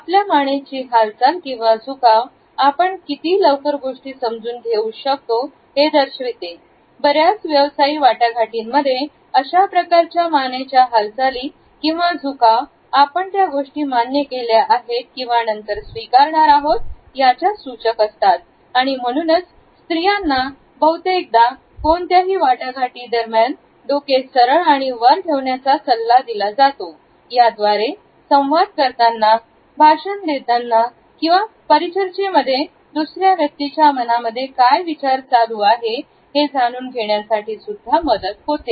आपल्या मानेची हालचाल किंवा झुकाव आपण कितीही लवकर गोष्टी समजून घेऊ शकतो हे दर्शविते बऱ्याच व्यवसायी वाटाघाटींमध्ये अशाप्रकारच्या मानेच्या हालचाली किंवा जुकाम आपण त्या गोष्टी मान्य केल्या आहेत किंवा नंतर स्वीकारणार आहोत याच्या सूचक असतात आणि म्हणूनच स्त्रियांना बहुतेकदा कोणत्याही वाटाघाटी दरम्यान डोके सरळ आणि वर ठेवण्याचा सल्ला दिला जातो याद्वारे संवाद करताना भाषण देताना किंवा परी चर्चेमध्ये दुसऱ्या व्यक्तीच्या मनामध्ये काय विचार चालू आहे हे जाणून घेण्यासाठी सुद्धा मदत होते